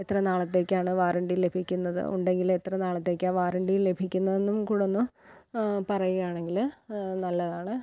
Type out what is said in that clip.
എത്ര നാളത്തേക്കാണ് വാറൻ്റി ലഭിക്കുന്നത് ഉണ്ടെങ്കിൽ എത്ര നാളത്തേക്കാണ് വാറൻ്റി ലഭിക്കുന്നെന്നും കൂടെയൊന്ന് പറയുകയാണെങ്കില് നല്ലതാണ്